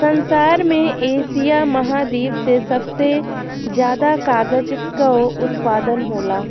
संसार में एशिया महाद्वीप से सबसे ज्यादा कागल कअ उत्पादन होला